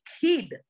kid